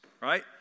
right